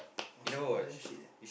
!wah! Singapore is damn shit eh